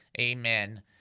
Amen